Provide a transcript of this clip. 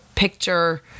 Picture